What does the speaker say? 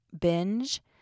binge